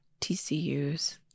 TCUs